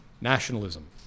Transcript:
nationalism